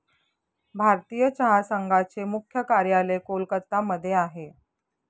भारतीय चहा संघाचे मुख्य कार्यालय कोलकत्ता मध्ये आहे